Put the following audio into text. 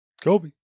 Kobe